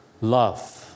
love